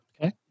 Okay